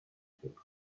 acidic